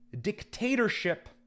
dictatorship